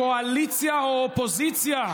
קואליציה או אופוזיציה,